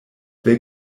they